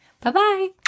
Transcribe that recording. Bye-bye